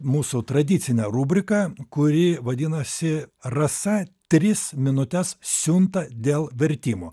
mūsų tradicinę rubriką kuri vadinasi rasa tris minutes siunta dėl vertimo